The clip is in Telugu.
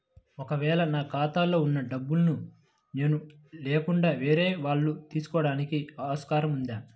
ఒక వేళ నా ఖాతాలో వున్న డబ్బులను నేను లేకుండా వేరే వాళ్ళు తీసుకోవడానికి ఆస్కారం ఉందా?